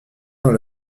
dans